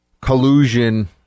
collusion